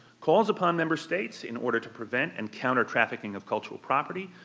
calls upon member states, in order to prevent and counter trafficking of cultural property,